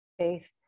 faith